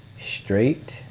straight